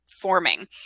forming